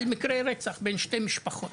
ב-סולחה בין שתי משפחות.